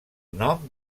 nom